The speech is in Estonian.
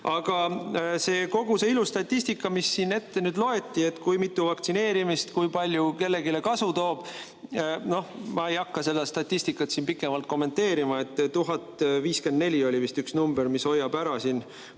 on. Aga kogu see ilus statistika, mis siin ette loeti, et kui mitu vaktsineerimist kui palju kellelegi kasu toob – noh, ma ei hakka seda statistikat siin pikemalt kommenteerima. 1054 oli vist üks number, mis hoiab ära,